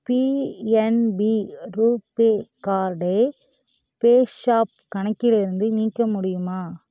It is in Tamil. பிஎன்பி ரூபே கார்டை பேஸாப் கணக்கில் இருந்து நீக்க முடியுமா